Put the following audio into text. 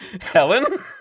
Helen